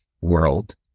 world